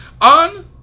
On